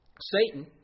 Satan